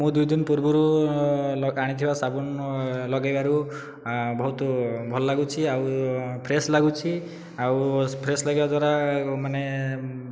ମୁଁ ଦୁଇଦିନ ପୂର୍ବରୁ ଆଣିଥିବା ସାବୁନ ଲଗେଇବାରୁ ବହୁତ ଭଲ ଲାଗୁଛି ଆଉ ଫ୍ରେଶ ଲାଗୁଛି ଆଉ ଫ୍ରେଶ ଲାଗିବା ଦ୍ଵାରା ମାନେ